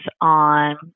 on